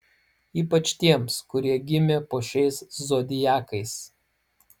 ypač tiems kurie gimė po šiais zodiakais